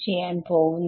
ചെയ്യാൻ പോവുന്നത്